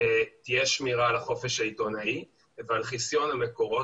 תהיה שמירה על החופש העיתונאי ועל חיסיון המקורות.